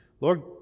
Lord